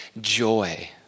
joy